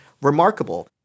remarkable